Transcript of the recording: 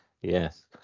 yes